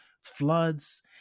floods